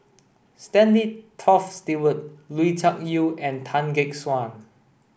Stanley Toft Stewart Lui Tuck Yew and Tan Gek Suan